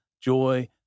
joy